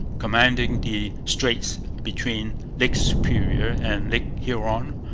commanding the straits between lake superior and lake huron,